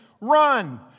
Run